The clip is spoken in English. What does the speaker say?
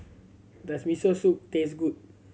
does Miso Soup taste good